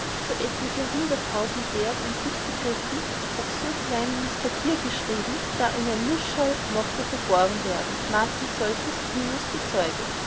so etliche hunderttausend vers in sich begriffen uf ein so kleines papier geschrieben da in ein nußschal mochte verborgen werden maßen solches plinius bezeuget